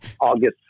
August